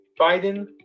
Biden